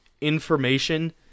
information